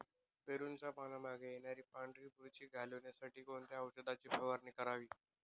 पेरूच्या पानांमागे येणारी पांढरी बुरशी घालवण्यासाठी कोणत्या औषधाची फवारणी करावी?